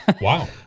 wow